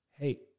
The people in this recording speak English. Hey